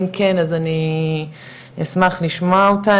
אם כן אז אני אשמח לשמוע אותה,